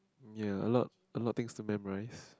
ya a lot a lot things to memorise